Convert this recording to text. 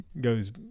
goes